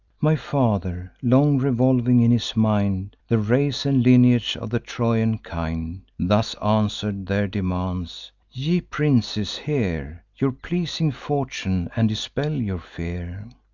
my father, long revolving in his mind the race and lineage of the trojan kind, thus answer'd their demands ye princes, hear your pleasing fortune, and dispel your fear.